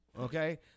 okay